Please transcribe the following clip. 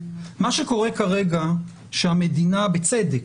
מה שקורה כרגע שהמדינה בצדק